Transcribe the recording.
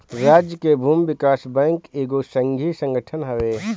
राज्य के भूमि विकास बैंक एगो संघीय संगठन हवे